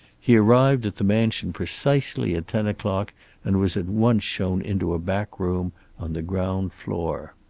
he arrived at the mansion precisely at ten o'clock and was at once shown into a back room on the ground floor.